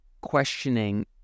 questioning